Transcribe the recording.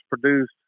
produced